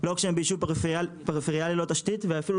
לא כשהם ביישוב פריפריאלי ללא תשתית ואפילו,